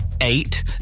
Eight